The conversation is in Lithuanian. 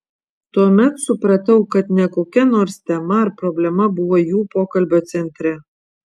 tuomet supratau kad ne kokia nors tema ar problema buvo jų pokalbio centre